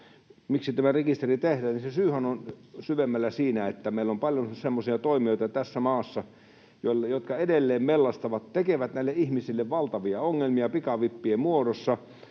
miksi tämä rekisteri tehdään. Se syyhän on syvemmällä siinä, että meillä on tässä maassa paljon semmoisia toimijoita, jotka edelleen mellastavat, tekevät näille ihmisille valtavia ongelmia pikavippien muodossa,